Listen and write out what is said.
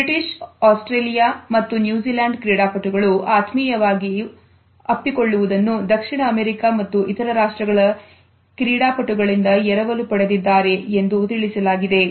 British Australia ಮತ್ತು New Zealand ಕ್ರೀಡಾಪಟುಗಳು ಆತ್ಮೀಯವಾಗಿ ಒಪ್ಪಿಕೊಳ್ಳುವುದನ್ನು ದಕ್ಷಿಣ ಅಮೆರಿಕ ಮತ್ತು ಇತರ ರಾಷ್ಟ್ರಗಳ ಕ್ರೀಡಾಪಟುಗಳಿಂದ ಎರವಲು ಪಡೆಡಿದ್ದಾರೆ ಎಂದು ತಿಳಿಸಿದ್ದಾರೆ